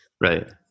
Right